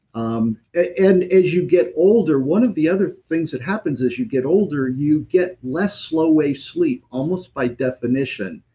um as you get older. one of the other things that happens as you get older, you get less slow wave sleep, almost by definition.